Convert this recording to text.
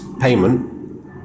payment